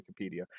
Wikipedia